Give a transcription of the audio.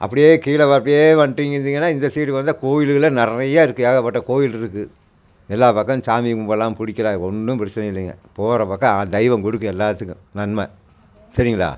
அப்படியே கீழே வ அப்படியே வந்துட்டீங்க இருந்தீங்கன்னா இந்த சைடு வந்தால் கோயிலுகள் எல்லாம் நிறைய இருக்குது ஏகப்பட்ட கோயில் இருக்குது எல்லா பக்கம் சாமி கும்பிட்லாம் பிடிக்கிலாம் ஒன்றும் பிரச்சினை இல்லைங்க போகிற பக்கம் ஆ தெய்வம் கொடுக்கும் எல்லாத்துக்கும் நன்மை சரிங்களா